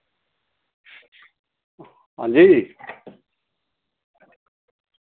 अंजी